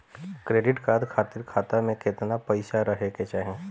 Credit card खातिर खाता में केतना पइसा रहे के चाही?